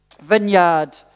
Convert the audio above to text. vineyard